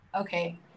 Okay